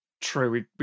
True